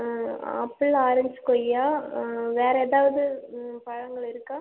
ஆ apple orange கொய்யா வேறு எதாவது பழங்கள் இருக்கா